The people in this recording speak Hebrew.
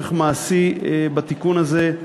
צורך מעשי בתיקון הזה.